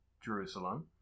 Jerusalem